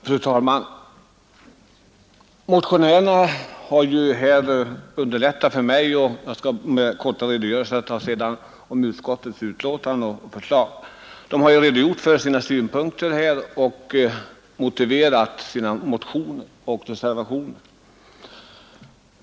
Fru talman! Motionärerna har ju underlättat för mig. Jag skall helt kort redogöra för utskottets betänkande och förslag, men motionärerna har redogjort för sina synpunkter och har motiverat sina motioner och sin reservation.